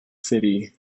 city